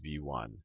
V1